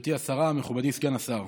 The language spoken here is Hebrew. גברתי השרה, מכובדי סגן השר,